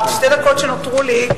בשתי הדקות שנותרו לי,